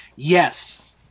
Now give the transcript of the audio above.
Yes